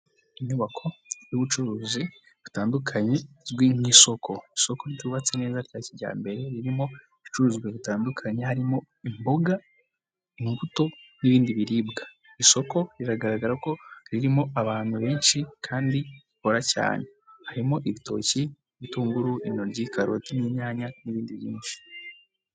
Inyubako y'ubucuruzi butandukanye izwi nk'isoko, isoko ryubatse neza rya kijyambere ririmo ibicuruzwa bitandukanye harimo imboga, imbuto n'ibindi biribwa, isoko riragaragara ko ririmo abantu benshi kandi bakora cyane, harimo ibitoki, ibitunguru, intoryi ,karoti n'inyanya n'ibindi byinshi.